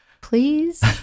please